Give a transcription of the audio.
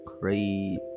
great